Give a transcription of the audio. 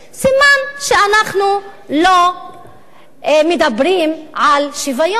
סימן שאנחנו לא מדברים על שוויון,